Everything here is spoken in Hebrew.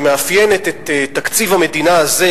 שמאפיינת את תקציב המדינה הזה,